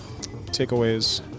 takeaways